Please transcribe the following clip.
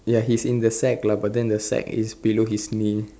ya he's in the sack lah but then the sack is below his knee